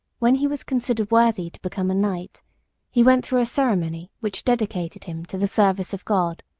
when he was considered worthy to become a knight he went through a ceremony which dedicated him to the service of god.